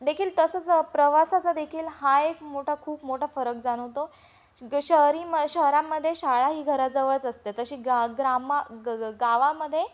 देखील तसंच प्रवासाचा देखील हा एक मोठा खूप मोठा फरक जाणवतो ग शहरी म शहरांमध्ये शाळा ही घराजवळच असते तशी गा ग्रामा ग गावामध्ये